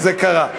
זה קרה.